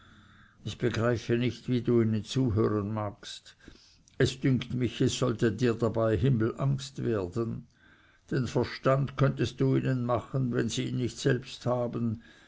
ich begreife nicht wie du ihnen zuhören magst es dünkt mich es sollte dir dabei himmelangst werden den verstand könntest du ihnen machen wenn sie ihn nicht selbst haben